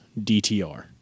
DTR